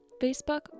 Facebook